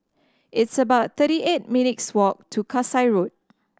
it's about thirty eight minutes' walk to Kasai Road